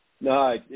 No